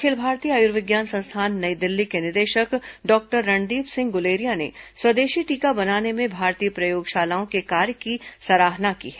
अखिल भारतीय आयुर्विज्ञान संस्थान नई दिल्ली के निदेशक डॉक्टर रणदीप सिंह गुलेरिया ने स्वदेशी टीका बनाने में भारतीय प्रयोगशालाओं के कार्य की सराहना की है